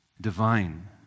divine